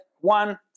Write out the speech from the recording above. one